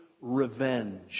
revenge